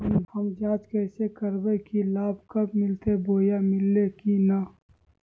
हम जांच कैसे करबे की लाभ कब मिलते बोया मिल्ले की न?